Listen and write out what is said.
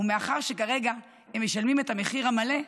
ומאחר שכרגע הם משלמים את המחיר המלא,